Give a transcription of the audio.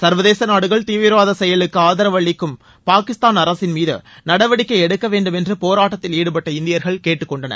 சர்வதேச நாடுகள் தீவிரவாத செயலுக்கு ஆதரவு அளிக்கும் பாகிஸ்தான் அரசின் மீது நடவடிக்கை எடுக்க வேண்டும் என்று போராட்டத்தில் ஈடுபட்ட இந்தியர்கள் கேட்டுக்கொண்டனர்